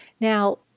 Now